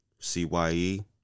CYE